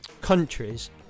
countries